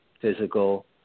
physical